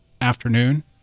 afternoon